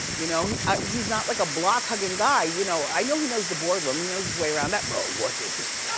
you know he's not like a block hugging guy. you know i know he knows the boardroom, he knows his way around that, but what does this